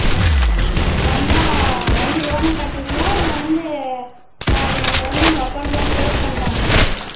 ம் வந்தால் வந்து லோனை கட்டுறீங்களா இல்லை வந்து நாங்கள் வந்து உங்கள் அக்கௌண்ட்லாம் க்ளோஸ் பண்ணட்டான்னு கேட்கறேங்க